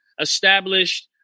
established